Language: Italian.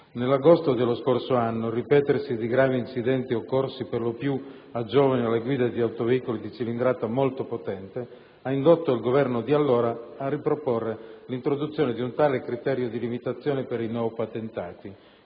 Nell'agosto dello scorso anno, il ripetersi di gravi incidenti, occorsi per lo più a giovani alla guida di autoveicoli di cilindrata molto potente, ha indotto il Governodi allora a riproporre l'introduzione di un tale criterio di limitazione per i neopotentati: